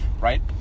right